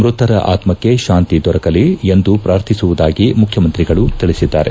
ಮೃತರ ಆತಕ್ಷೆ ಶಾಂತಿ ದೊರೆಯಲಿ ಎಂದು ಪ್ರಾರ್ಥಿಸುವುದಾಗಿ ಮುಖ್ಯಮಂತ್ರಿಗಳು ತಿಳಿಸಿದ್ದಾರೆ